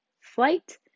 flight